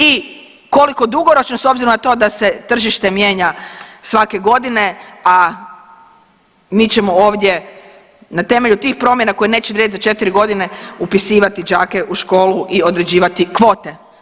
I koliko dugoročno s obzirom na to da se tržište mijenja svake godine, a mi ćemo ovdje na temelju tih promjena koje neće vrijediti za 4 godine upisivati đake u školu i određivati kvote.